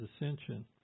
ascension